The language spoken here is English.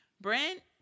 Brent